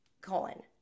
colon